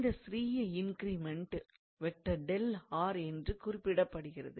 இந்த சிறிய இன்கிரிமெண்ட் என்று குறிப்பிடப்படுகிறது